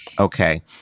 Okay